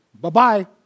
Bye-bye